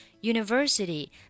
university